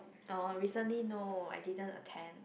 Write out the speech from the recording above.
oh recently no I didn't attend